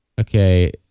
Okay